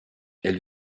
elle